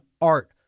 art